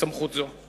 בסמכות זו.